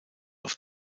auf